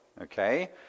okay